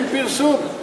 אין פרסום.